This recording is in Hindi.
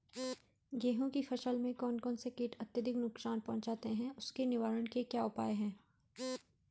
गेहूँ की फसल में कौन कौन से कीट अत्यधिक नुकसान पहुंचाते हैं उसके निवारण के क्या उपाय हैं?